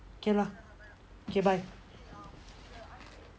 okay lah kay bye